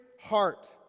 heart